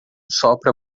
sopra